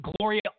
Gloria